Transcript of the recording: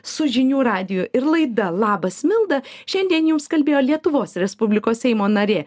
su žinių radiju ir laida labas milda šiandien jums kalbėjo lietuvos respublikos seimo narė